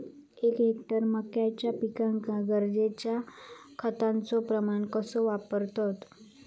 एक हेक्टर मक्याच्या पिकांका गरजेच्या खतांचो प्रमाण कसो वापरतत?